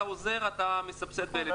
אתה עוזר ומסבסד ב-1,000 שקל את המעבר.